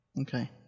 Okay